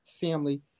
family